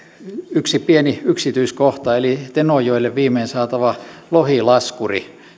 yksi pieni yksityiskohta eli tenojoelle viimein saatava lohilaskuri